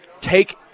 take